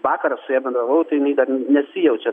vakar aš su ja bendravau tai jinai dar nesijaučia